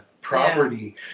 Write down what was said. property